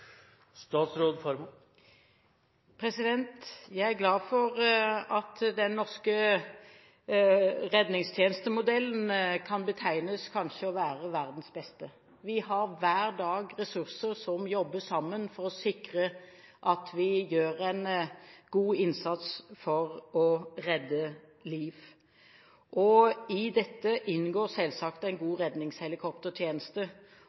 Jeg er glad for at den norske redningstjenestemodellen kan betegnes som kanskje verdens beste. Vi har hver dag ressurser som jobber sammen for å sikre at vi gjør en god innsats for å redde liv. I dette inngår selvsagt en